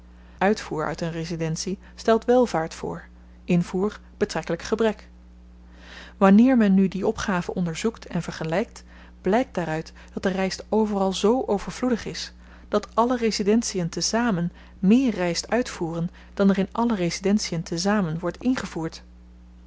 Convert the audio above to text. uitvoer uit een residentie stelt welvaart voor invoer betrekkelyk gebrek wanneer men nu die opgaven onderzoekt en vergelykt blykt daaruit dat de ryst overal z overvloedig is dat alle residentien tezamen meer ryst uitvoeren dan er in alle residentien tezamen wordt ingevoerd